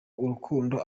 urukundo